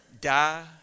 die